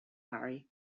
harry